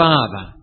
Father